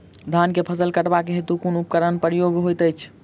धान केँ फसल कटवा केँ हेतु कुन उपकरणक प्रयोग होइत अछि?